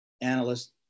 analysts